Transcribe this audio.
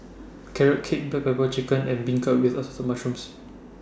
Carrot Cake Black Pepper Chicken and Beancurd with Assorted Mushrooms